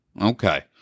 Okay